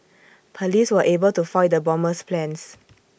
Police were able to foil the bomber's plans